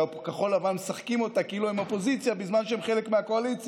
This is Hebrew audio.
שכחול לבן משחקים אותה כאילו הם אופוזיציה בזמן שהם חלק מהקואליציה.